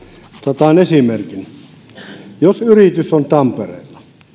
otan esimerkin jos yritys on tampereella